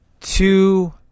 two